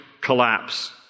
collapse